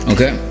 Okay